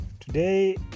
Today